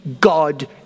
God